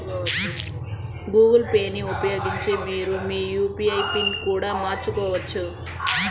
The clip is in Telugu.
గూగుల్ పే ని ఉపయోగించి మీరు మీ యూ.పీ.ఐ పిన్ని కూడా మార్చుకోవచ్చు